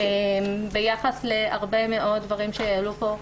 ביחס להרבה מאוד דברים שעלו פה,